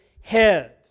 head